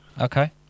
Okay